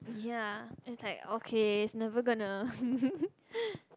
ya it's like okay it's never gonna